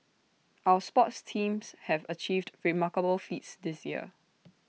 our sports teams have achieved remarkable feats this year